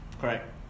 Correct